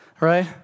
right